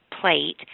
plate